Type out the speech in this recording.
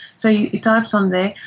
so he types on there,